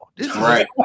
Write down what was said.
Right